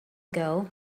ago